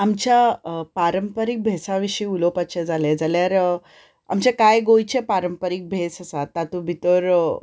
आमच्या पारंपारीक भेसा विशीं उलोपाचें जालें जाल्यार जे कांय गोंयचे भेस आसात तातूंत भितर